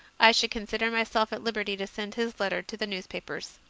i should consider myself at liberty to send his letter to the newspapers.